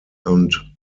und